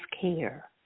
care